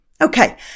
Okay